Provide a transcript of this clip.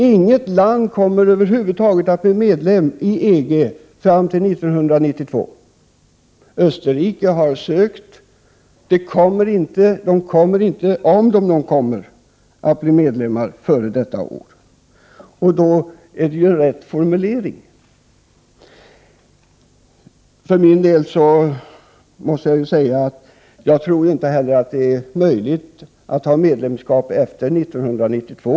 Inget land kommer att bli medlem i EG fram till år 1992. Österrike har sökt medlemskap men kommer inte att bli medlem före detta år. Och då är ju formuleringen riktig. Jag måste emellertid säga att jag inte heller tror att det är möjligt för Sverige att bli medlem efter 1992.